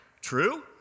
True